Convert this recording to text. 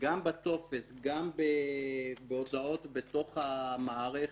גם בטופס, גם בהודעות בתוך המערכת,